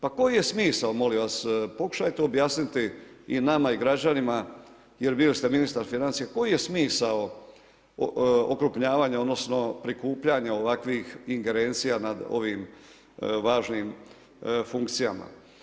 Pa koji je smisao, molim vas, pokušajte objasniti i nama i građanima, jer bili ste ministar financija, koji je smisao, okrupnjavanja, odnosno, prikupljanja ovakvih ingerencija nad ovim važnim funkcijama.